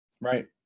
right